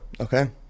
Okay